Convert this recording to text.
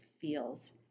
feels